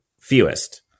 fewest